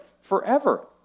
forever